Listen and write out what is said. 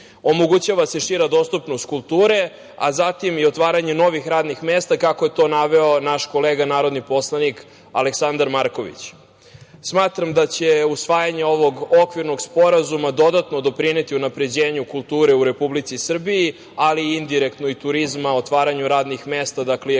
omogućava se šira dostupnost kulture, a zatim i otvaranje novih radnih mesta, kako je to naveo naš kolega narodni poslanik Aleksandar Marković. Smatram da će usvajanje ovog okvirnog sporazuma dodatno doprineti unapređenju kulture u Republici Srbiji, ali i indirektno turizma, otvaranju radnih mesta, dakle i ekonomije